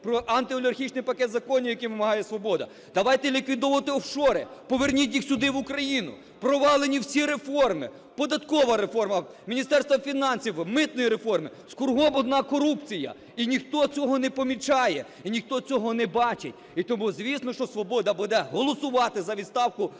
про антиолігархічний пакет законів, які вимагає "Свобода"; давайте ліквідовувати офшори, поверніть їх сюди в Україну. Провалені всі реформи: податкова реформа, Міністерства фінансів, митної реформи. Кругом одна корупція, і ніхто цього не помічає, і ніхто цього не бачить. І тому, звісно, що "Свобода" буде голосувати за відставку